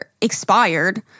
expired